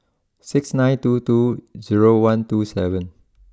six nine two two zero one two seven